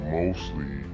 mostly